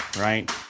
right